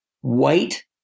white